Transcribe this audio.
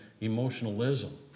emotionalism